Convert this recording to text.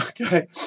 okay